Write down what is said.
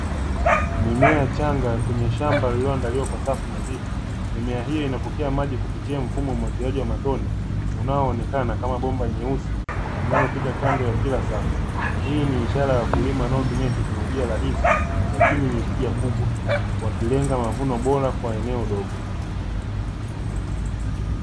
Mimea changa kwenye shamba lililoandaliwa kwa safu nadhifu, mimea hiyo inapokea maji kupitia mfumo wa umwagiliaji wa matone, unaoonekana kama bomba nyeusi inayopita kando ya kila safu. Hii ni ishara ya wakulima wanaotumia teknolojia rahisi, lakini yenye tija kubwa, wakilenga mavuno bora kwa eneo dogo.